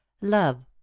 love